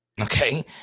okay